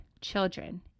children